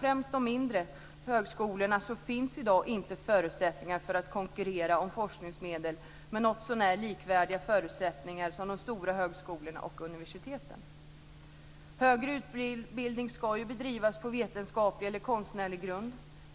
Främst vid de mindre högskolorna finns i dag inte förutsättningar för att konkurrera om forskningsmedel med något så när likvärdiga förutsättningar som de stora högskolorna och universiteten. Högre utbildning ska bedrivas på vetenskaplig eller konstnärlig grund.